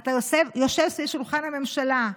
אתה יושב סביב שולחן הממשלה.